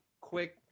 quick